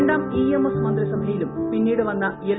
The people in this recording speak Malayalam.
രണ്ടാം ഇ എം എസ് മന്ത്രിസഭയിലും പിന്നീട് വന്ന എൽ